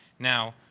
now,